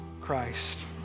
Christ